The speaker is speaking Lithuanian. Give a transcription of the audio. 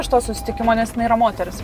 iš to susitikimo nes jinai yra moteris